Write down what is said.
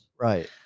right